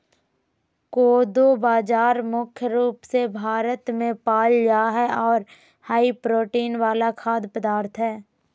कोदो बाजरा मुख्य रूप से भारत मे पाल जा हय आर हाई प्रोटीन वाला खाद्य पदार्थ हय